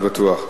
זה בטוח.